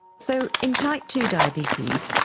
so in type two diabetes,